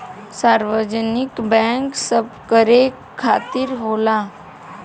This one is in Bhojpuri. सार्वजनिक बैंक सबकरे खातिर होला